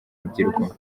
rubyiruko